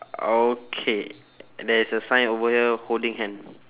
okay there's a sign over here holding hand